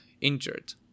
injured